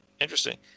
Interesting